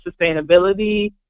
sustainability